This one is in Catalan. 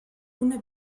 una